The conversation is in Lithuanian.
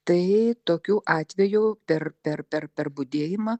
tai tokių atvejų per per per per budėjimą